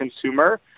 consumer